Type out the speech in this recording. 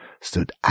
stood